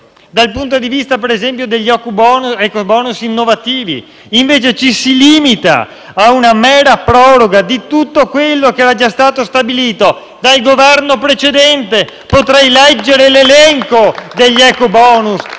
dal punto di vista per esempio degli ecobonus innovativi; invece ci si limita a una mera proroga di tutto quello che era già stato stabilito dal Governo precedente. *(Applausi dal Gruppo PD)*. Potrei leggere l'elenco degli ecobonus